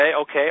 okay